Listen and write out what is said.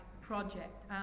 project